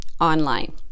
online